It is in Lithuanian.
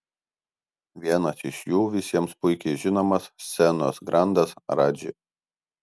vienas iš jų visiems puikiai žinomas scenos grandas radži